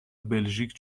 بلژیک